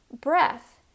breath